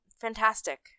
fantastic